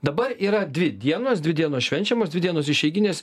dabar yra dvi dienos dvi dienos švenčiamos dvi dienos išeiginės